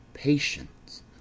patience